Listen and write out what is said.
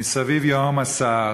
מסביב ייהום הסער,